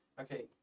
Okay